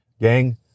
Gang